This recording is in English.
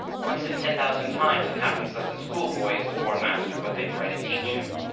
once in ten thousand times it happens that the schoolboy is a born master of what they try to teach him.